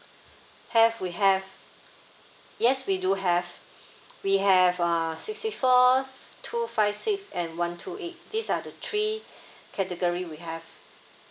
have we have yes we do have we have uh sixty four two five six and one two eight these are the three category we have